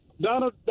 Donald